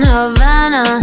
Havana